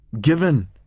given